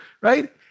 right